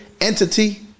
entity